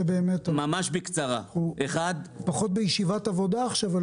אנחנו פחות בישיבת עבודה עכשיו,